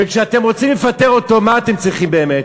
וכשאתם רוצים לפטר אותו, מה אתם צריכים באמת?